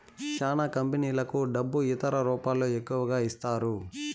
చానా కంపెనీలకు డబ్బు ఇతర రూపాల్లో ఎక్కువగా ఇస్తారు